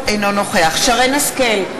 אינו נוכח שרן השכל,